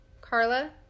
Carla